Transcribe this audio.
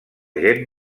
gent